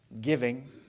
giving